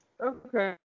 Okay